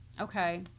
okay